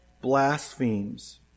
blasphemes